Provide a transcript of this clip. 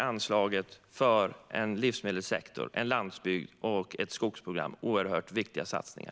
Anslaget för en livsmedelssektor, en landsbygd och ett skogsprogram möjliggör därför oerhört viktiga satsningar.